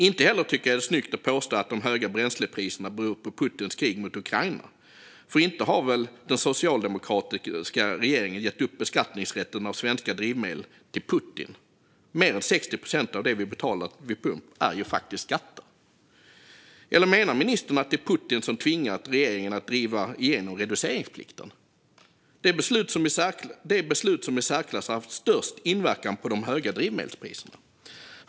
Inte heller tycker jag att det är snyggt att påstå att de höga bränslepriserna beror på Putins krig mot Ukraina. För inte har väl den socialdemokratiska regeringen gett upp beskattningsrätten av svenska drivmedel till Putin? Mer än 60 procent av det vi betalar vid pump är ju faktiskt skatter. Eller menar ministern att det är Putin som tvingat regeringen att driva igenom reduktionsplikten, det beslut som i särklass haft störst inverkan på de höga drivmedelspriserna?